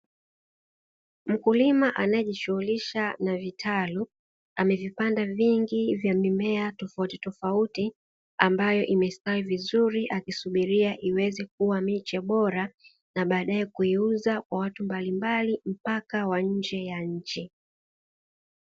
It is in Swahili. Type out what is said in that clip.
Mkulima anayejishughulisha na vitalu amekipanda vingi vya mimea tofauti tofauti ambayo imestawi vizuri akisubiria iweze kuwa miche bora na baadaye kuiuza kwa watu mbalimbali mpaka wa nje ya nchi.